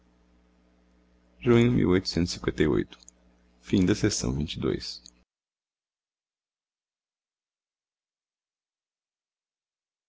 nos cativam e